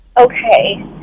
Okay